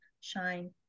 shine